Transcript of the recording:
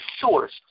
source